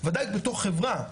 וודאי בתור חברה.